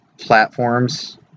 platforms